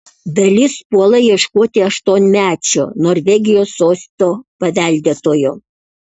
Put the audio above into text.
dalis puola ieškoti aštuonmečio norvegijos sosto paveldėtojo